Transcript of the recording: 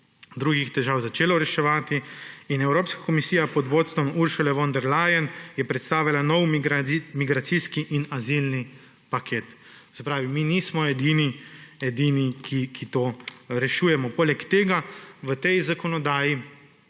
druge težave začelo reševati. Evropska komisija pod vodstvom Ursule von der Leyen je predstavila nov migracijski in azilni paket. Se pravi, mi nismo edini, ki to rešujemo. Poleg tega v tej zakonodaji,